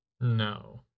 no